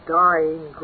dying